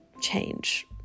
change